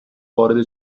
وارد